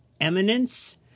Eminence